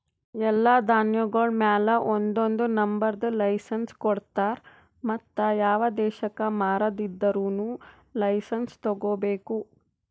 ಎಲ್ಲಾ ಧಾನ್ಯಗೊಳ್ ಮ್ಯಾಲ ಒಂದೊಂದು ನಂಬರದ್ ಲೈಸೆನ್ಸ್ ಕೊಡ್ತಾರ್ ಮತ್ತ ಯಾವ ದೇಶಕ್ ಮಾರಾದಿದ್ದರೂನು ಲೈಸೆನ್ಸ್ ತೋಗೊಬೇಕು